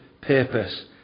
purpose